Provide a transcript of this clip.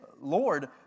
Lord